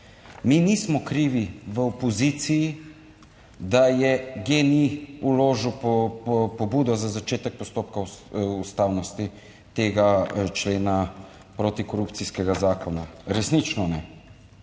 Mi nismo krivi v opoziciji, da je GEN-I vložil pobudo za začetek postopka o ustavnosti tega člena protikorupcijskega zakona, resnično ne.